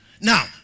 Now